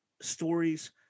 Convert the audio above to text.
Stories